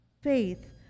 Faith